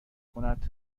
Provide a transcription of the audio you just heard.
کند